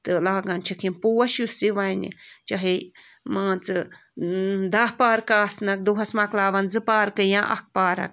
تہٕ لاگان چھِکھ یِم پوش یُس یہِ وَنہِ چاہے مان ژٕ دَہ پارکہٕ آسنَکھ دۄہس مکلاون زٕ پارکہٕ یا اَکھ پارک